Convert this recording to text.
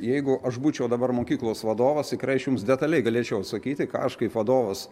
jeigu aš būčiau dabar mokyklos vadovas tikrai aš jums detaliai galėčiau atsakyti ką aš kaip vadovas